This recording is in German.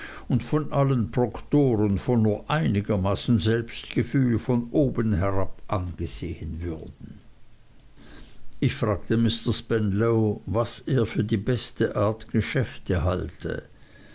und von allen proktoren von nur einigermaßen selbstgefühl von oben herab angesehen würden ich fragte mr spenlow was er für die beste art geschäfte halte